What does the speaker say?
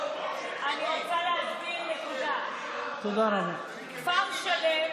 אני רוצה להסביר נקודה: כפר שלם,